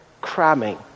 cramming